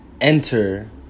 enter